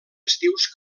estius